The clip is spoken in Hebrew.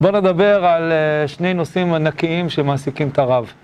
בוא נדבר על שני נושאים ענקיים שמעסיקים את הרב.